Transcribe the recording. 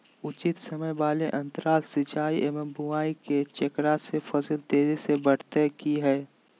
उचित समय वाले अंतराल सिंचाई एवं बुआई के जेकरा से फसल तेजी से बढ़तै कि हेय?